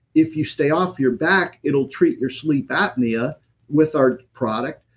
if you stay off your back it will treat your sleep apnea with our product,